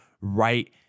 right